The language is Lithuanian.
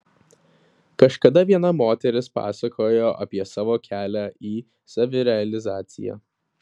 kažkada viena moteris pasakojo apie savo kelią į savirealizaciją